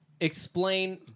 explain